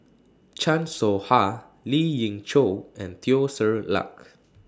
Chan Soh Ha Lien Ying Chow and Teo Ser Luck